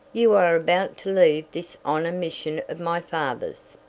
you are about to leave this on a mission of my father's.